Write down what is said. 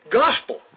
gospel